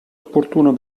opportuno